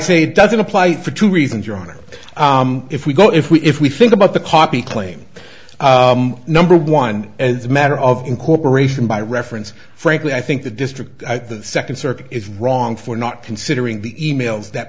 say doesn't apply for two reasons your honor if we go if we if we think about the copy claim number one as a matter of incorporation by reference frankly i think the district at the second circuit is wrong for not considering the e mails that